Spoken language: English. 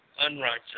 unrighteous